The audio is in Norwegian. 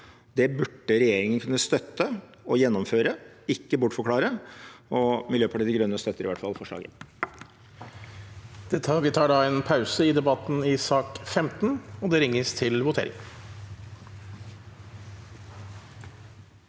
Det burde regjeringen kunne støtte og gjennomføre, ikke bortforklare. Miljøpartiet De Grønne støtter i hvert fall forslaget. Presidenten Vi tar da en pause i debat- ten i sak nr. 15, og det ringes til votering.